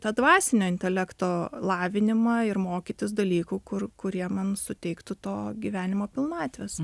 tą dvasinio intelekto lavinimą ir mokytis dalykų kur kurie man suteiktų to gyvenimo pilnatvės